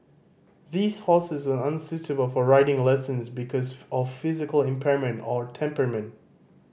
these horses were unsuitable for riding lessons because of physical impairment or temperament